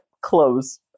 clothes